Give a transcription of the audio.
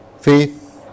faith